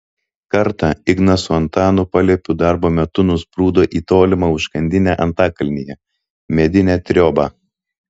kartą ignas su antanu paliepiu darbo metu nusprūdo į tolimą užkandinę antakalnyje medinę triobą